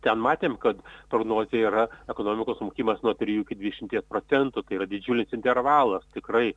ten matėm kad prognozė yra ekonomikos smukimas nuo trijų iki dvidešimties procentų tai yra didžiulis intervalas tikrai